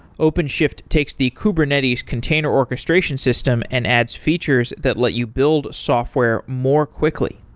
openshift takes the kubernetes container orchestration system and adds features that let you build software more quickly.